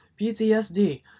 PTSD